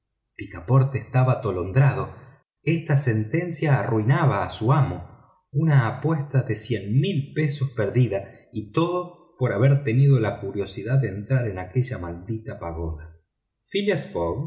picaporte estaba atolondrado esta sentencia arruinaba a su amo una apuesta de veinte mil libras perdida y todo por haber tenido la curiosidad de entrar en aquella maldita pagoda phileas fogg